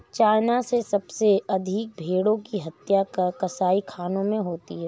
China में सबसे अधिक भेंड़ों की हत्या कसाईखानों में होती है